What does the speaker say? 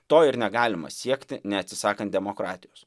to ir negalima siekti neatsisakant demokratijos